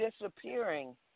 disappearing